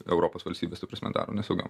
europos valstybes ta prasme daro nesaugiom